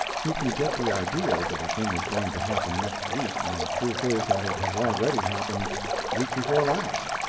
he can get the idea that a thing is going to happen next week when the truth is that it has already happened week before last.